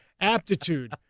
aptitude